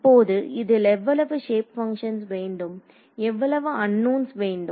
இப்போது இதில் எவ்வளவு சேப் பங்க்ஷன்ஸ் வேண்டும் எவ்வளவு அன்நோன்ஸ் வேண்டும்